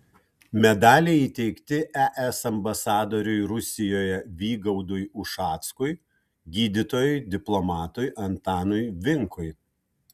medaliai įteikti es ambasadoriui rusijoje vygaudui ušackui gydytojui diplomatui antanui vinkui